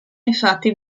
infatti